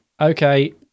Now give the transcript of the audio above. okay